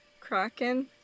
Kraken